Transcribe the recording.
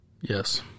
Yes